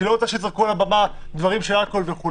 כי היא לא רוצה שיזרקו על הבמה אלכוהול וכולי,